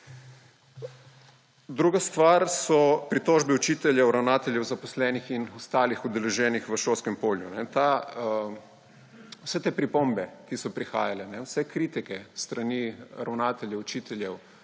Druga stvar so pritožbe učiteljev, ravnateljev, zaposlenih in ostalih udeleženih v šolskem polju. Vse te pripombe, ki so prihajale, vse kritike s strani ravnateljev, učiteljev,